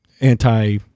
anti